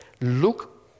Look